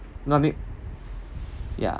no I mean yeah